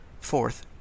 Fourth